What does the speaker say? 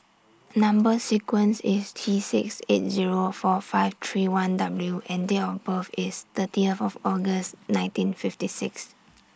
Number sequence IS T six eight Zero four five three one W and Date of birth IS thirty of August nineteen fifty six